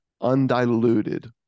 undiluted